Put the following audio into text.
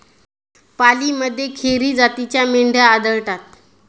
पालीमध्ये खेरी जातीच्या मेंढ्या आढळतात